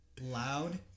loud